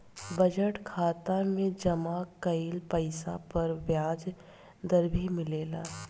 budget खाता में जमा कइल पइसा पर ब्याज दर भी मिलेला